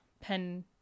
pen